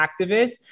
activists